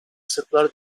sırplar